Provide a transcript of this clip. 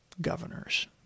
governors